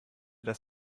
das